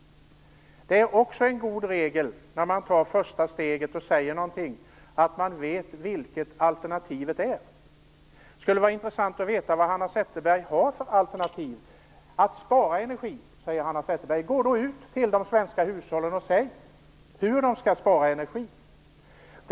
Det är också en god regel när man tar första steget och säger någonting att man vet vilket alternativet är. Det skulle vara intressant att veta vad Hanna Zetterberg har för alternativ. Hanna Zetterberg säger att man skall spara energi. Gå då ut till de svenska hushållen och säg hur de skall spara energi!